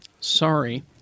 sorry